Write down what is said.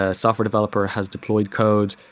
ah software developer has deployed code,